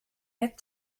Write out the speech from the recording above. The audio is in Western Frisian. net